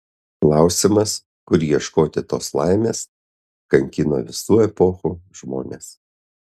klausimas kur ieškoti tos laimės kankino visų epochų žmones